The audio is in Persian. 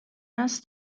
هست